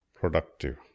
productive